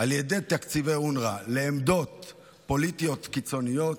על ידי תקציבי אונר"א לעמדות פוליטיות קיצוניות,